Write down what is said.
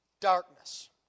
darkness